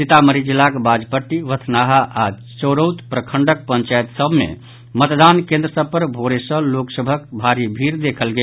सीतामढ़ी जिलाक बाजपट्टी बथनाहा आओर चोरौत प्रखंडक पंचायत सभ मे मतदान केन्द्र सभ पर भोरे सॅ लोकसभक भीड़ देखल गेल